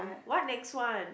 what next one